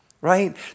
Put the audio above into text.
right